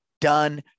done